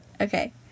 Okay